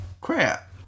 crap